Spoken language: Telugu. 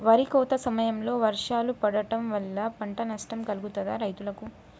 వరి కోత సమయంలో వర్షాలు పడటం వల్ల పంట నష్టం కలుగుతదా రైతులకు?